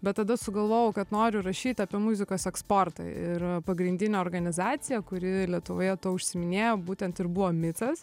bet tada sugalvojau kad noriu rašyt apie muzikos eksportą ir pagrindinė organizacija kuri lietuvoje tuo užsiiminėjo būtent ir buvo micas